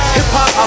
Hip-hop